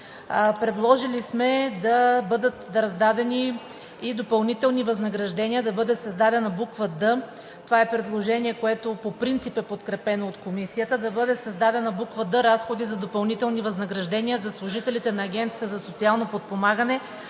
Предложили сме да бъдат раздадени и допълнителни възнаграждения да бъде създадена буква „д“, това е предложение, което по принцип е подкрепено от Комисията – да бъде създадена буква „д“ – разходи за допълнителни възнаграждения за служителите на Агенцията за социално подпомагане,